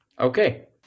Okay